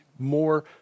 more